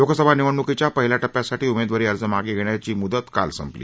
लोकसभा निवडण्कीच्या पहिल्या टप्प्यासाठी उमेदवारी अर्ज मागे घेण्याची मुदत काल संपली